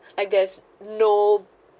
like there's no